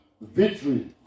Victory